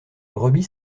brebis